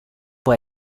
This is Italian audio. può